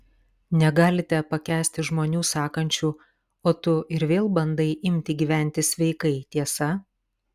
negalite pakęsti žmonių sakančių o tu ir vėl bandai imti gyventi sveikai tiesa